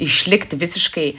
išlikti visiškai